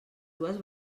dues